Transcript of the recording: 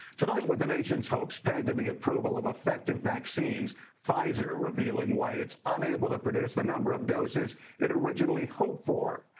tonight with the nation's hopes pegged to the approval of effective vaccines pfizer revealing why it's unable to produce the number of doses it originally hoped for,